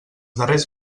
darrers